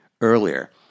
earlier